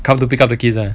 come to pick up the kids ah